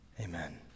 Amen